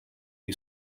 you